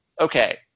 Okay